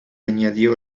añadió